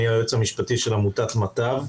אני היועץ המשפטי של עמותת מטב.